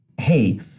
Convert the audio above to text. hey